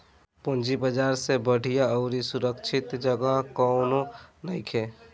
पूंजी बाजार से बढ़िया अउरी सुरक्षित जगह कौनो नइखे